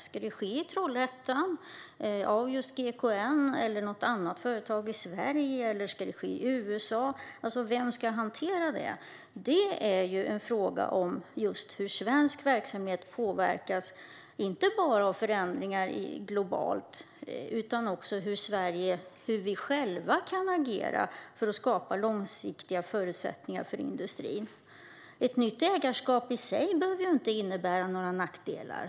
Ska det göras i Trollhättan av just GKN eller av något annat företag i Sverige? Eller ska det ske i USA? Vem ska hantera det? Detta är en fråga om just hur svensk verksamhet påverkas inte bara av förändringar globalt utan också av hur vi i Sverige själva agerar för att skapa långsiktiga förutsättningar för industrin. Ett nytt ägarskap i sig behöver inte innebära några nackdelar.